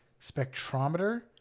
spectrometer